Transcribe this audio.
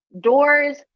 doors